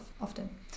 often